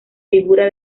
figura